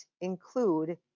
include